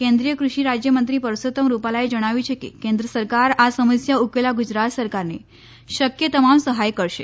કેન્દ્રીય કૃષિરાજ્યમંત્રી પરસોત્તમ રૂપાલાએ જણાવ્યું છે કે કેન્દ્ર સરકાર આ સમસ્યા ઉકેલવા ગુજરાત સરકારને શક્ય તમામ સહાય કરશે